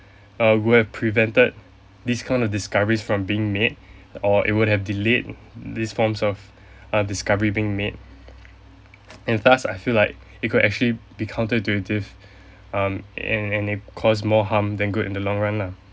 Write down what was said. uh would have prevented these kind of discoveries from being made or it would have delayed this forms of uh discovery being made and thus I feel like it could actually be counter intuitive um and and it cause more harm than good in the long run lah